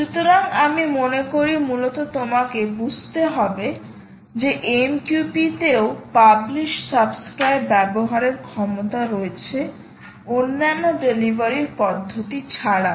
সুতরাং আমি মনে করি মূলত তোমাকে বুঝতে হবে যে AMQP তেও পাবলিশ সাবস্ক্রাইব ব্যবহারের ক্ষমতা রয়েছে অন্যান্য ডেলিভারির পদ্ধতি ছাড়াও